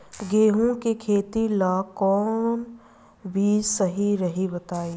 गेहूं के खेती ला कोवन बीज सही रही बताई?